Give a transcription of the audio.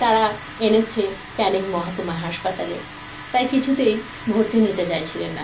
তারা এনেছে ক্যানিং মহাকুমা হাসপাতালে তাই কিছুতেই ভর্তি নিতে চাইছিলেন না